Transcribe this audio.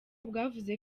bwavuze